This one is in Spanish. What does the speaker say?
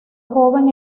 joven